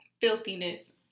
Filthiness